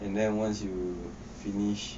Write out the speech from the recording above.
and then once you finish